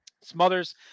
Smothers